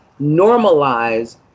normalize